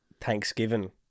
Thanksgiving